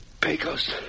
Pecos